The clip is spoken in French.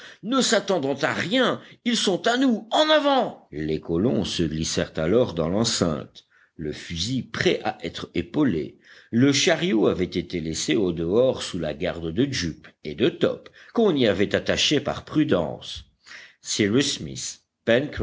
ne s'attendant à rien ils sont à nous en avant les colons se glissèrent alors dans l'enceinte le fusil prêt à être épaulé le chariot avait été laissé au dehors sous la garde de jup et de top qu'on y avait attachés par prudence cyrus smith